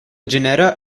genera